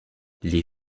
les